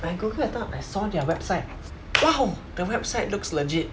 when I google that time I saw their website !wow! the website looks legit